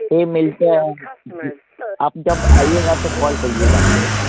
फिर मिलते हैं आप जब आइएगा तो कॉल करिएगा मेरे को